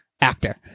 actor